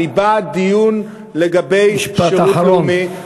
אני בעד דיון לגבי שירות לאומי, משפט אחרון.